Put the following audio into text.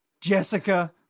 Jessica